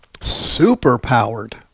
super-powered